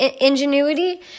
ingenuity